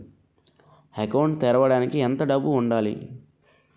Account తెరవడానికి ఎంత డబ్బు ఉండాలి?